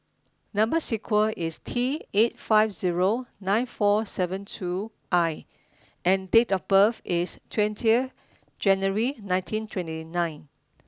number sequence is T eight five zero nine four seven two I and date of birth is twenty January nineteen twenty nine